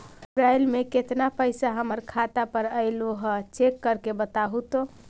अप्रैल में केतना पैसा हमर खाता पर अएलो है चेक कर के बताहू तो?